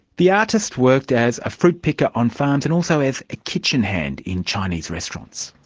the artist worked as a fruit picker on farms and also as a kitchen-hand in chinese restaurants.